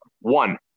One